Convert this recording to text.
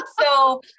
So-